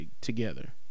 together